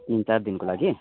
तिन चार दिनको लागि